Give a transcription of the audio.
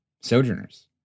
sojourners